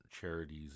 charities